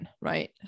right